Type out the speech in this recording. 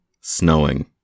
snowing